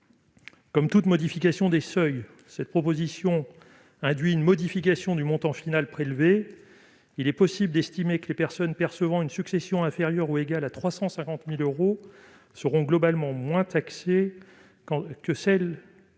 Comme toute modification des seuils, cette proposition induit une modification du montant final prélevé. Nous estimons que les personnes percevant une succession inférieure ou égale à 350 000 euros seront globalement moins taxées, quand celles percevant